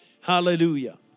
Hallelujah